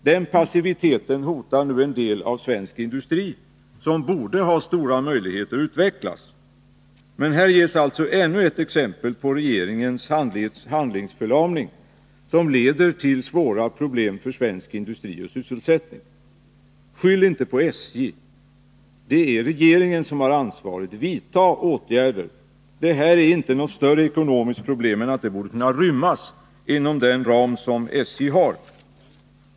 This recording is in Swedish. Den passiviteten hotar nu en del av svensk industri, som borde ha stora möjligheter att utvecklas. Men här ges alltså ännu ett exempel på regeringens handlingsförlamning, som leder till svåra problem för svensk industri och sysselsättning. Skyll inte på SJ! Det är regeringen som har ansvaret. Vidta åtgärder! Det här är inte ett större ekonomiskt problem än att det borde kunna rymmas inom den ram SJ har.